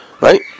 Right